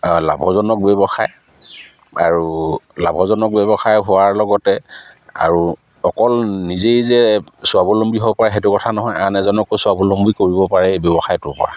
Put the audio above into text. লাভজনক ব্যৱসায় আৰু লাভজনক ব্যৱসায় হোৱাৰ লগতে আৰু অকল নিজেই যে স্বাৱলম্বী হ'ব পাৰে সেইটো কথা নহয় আন এজনকো স্বাৱলম্বী কৰিব পাৰে এই ব্যৱসায়টোৰপৰা